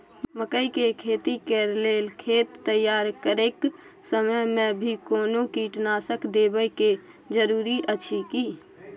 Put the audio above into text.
मकई के खेती कैर लेल खेत तैयार करैक समय मे भी कोनो कीटनासक देबै के जरूरी अछि की?